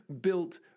built